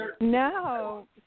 No